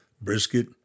brisket